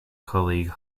colleague